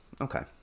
Okay